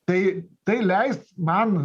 tai tai leis man